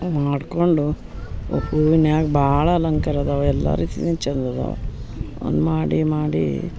ಮಾಡಿಕೊಂಡು ಹೂವಿನ್ಯಾಗ ಭಾಳ ಅಲಂಕಾರ ಅದಾವೆ ಎಲ್ಲ ರೀತಿದಿಂದ ಚಂದ ಅದಾವೆ ಒಂದು ಮಾಡಿ ಮಾಡಿ